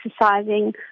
exercising